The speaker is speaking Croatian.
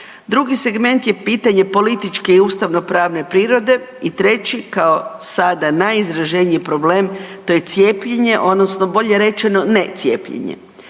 drugi segment je pitanje političke i ustavno-pravne prirode i treći, kao sada najizraženiji je problem, to je cijepljenje odnosno bolje rečeno necijepljenje.